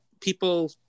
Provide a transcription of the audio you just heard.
people